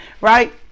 right